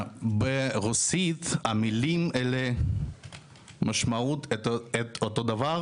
ברוסית המילים האלה משמעות אותו דבר.